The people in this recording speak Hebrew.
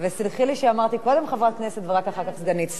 וסלחי שאמרתי קודם "חברת כנסת" ורק אחר כך "סגנית שר".